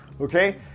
okay